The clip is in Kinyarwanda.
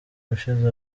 ushize